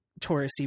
touristy